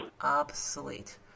obsolete